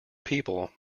people